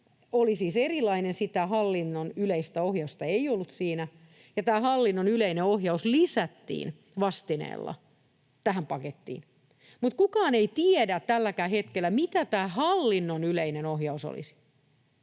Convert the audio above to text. oli siis erilainen, eli sitä hallinnon yleistä ohjausta ei ollut siinä, ja tämä hallinnon yleinen ohjaus lisättiin vastineella tähän pakettiin. Kukaan ei tiedä tälläkään hetkellä, mitä tämä hallinnon yleinen ohjaus olisi,